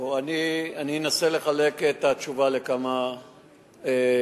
אני אנסה לחלק את התשובה לכמה חלקים.